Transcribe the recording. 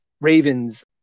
Ravens